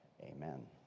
amen